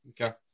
Okay